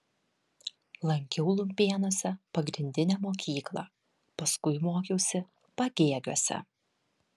lankiau lumpėnuose pagrindinę mokyklą paskui mokiausi pagėgiuose